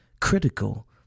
critical